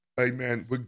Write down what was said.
amen